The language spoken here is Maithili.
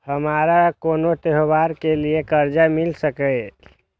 हमारा कोनो त्योहार के लिए कर्जा मिल सकीये?